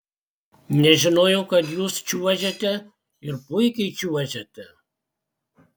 nežinojau kad jūs čiuožiate ir puikiai čiuožiate